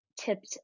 tipped